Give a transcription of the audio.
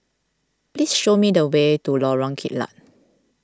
please show me the way to Lorong Kilat